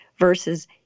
Versus